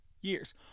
years